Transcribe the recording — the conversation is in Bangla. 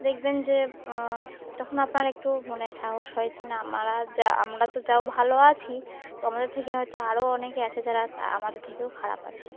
দেখবেন যে তখন আপনার একটু মনে সাহস হয় যে না আমরা যা আমরা তো যাও ভালো আছি তো আমাদের থেকে হয়তো আরও অনেকে আছে যারা আমাদের থেকেও খারাপ আছে